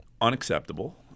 unacceptable